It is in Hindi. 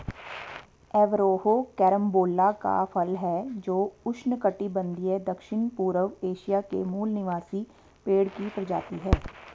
एवरोहो कैरम्बोला का फल है जो उष्णकटिबंधीय दक्षिणपूर्व एशिया के मूल निवासी पेड़ की प्रजाति है